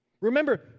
Remember